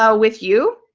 ah with you.